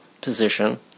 position